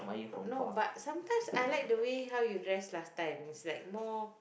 no but sometimes I like the way how you dressed last time is like more